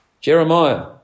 Jeremiah